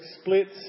splits